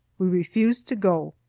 we refused to go,